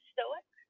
Stoic